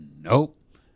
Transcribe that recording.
Nope